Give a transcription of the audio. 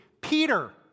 Peter